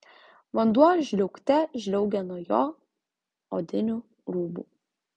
vanduo žliaugte žliaugė nuo jo odinių rūbų